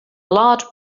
large